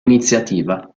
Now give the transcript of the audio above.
iniziativa